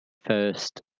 first